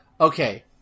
okay